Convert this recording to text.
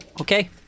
Okay